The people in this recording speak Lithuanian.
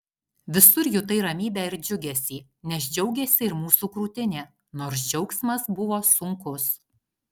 visur jutai ramybę ir džiugesį nes džiaugėsi ir mūsų krūtinė nors džiaugsmas buvo sunkus